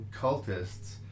cultists